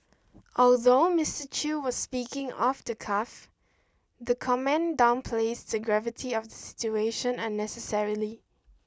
although Mister Chew was speaking off the cuff the comment downplays the gravity of the situation unnecessarily